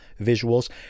visuals